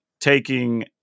taking